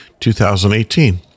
2018